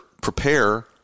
prepare